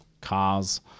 cars